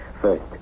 First